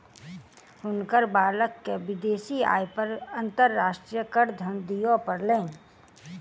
हुनकर बालक के विदेशी आय पर अंतर्राष्ट्रीय करधन दिअ पड़लैन